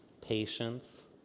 patience